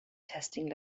testing